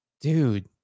dude